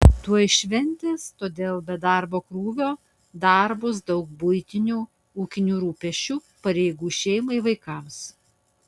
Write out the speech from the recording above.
tuoj šventės todėl be darbo krūvio dar bus daug buitinių ūkinių rūpesčių pareigų šeimai vaikams